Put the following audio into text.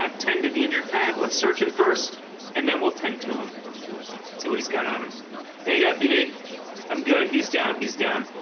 ah tend to the injured pad let's search him first and then we'll tend to him see what he's got on him hey deputy i'm good he's down he's down